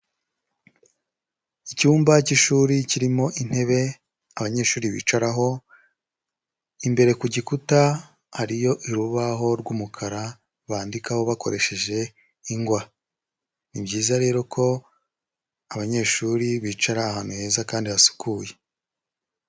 Icyumba cy'ishuri kirimo intebe abanyeshuri bicaraho, imbere ku gikuta hariyo urubaho rw'umukara bandikaho bakoresheje ingwa. Ni byiza rero ko abanyeshuri bicara ahantu heza kandi hasukuye.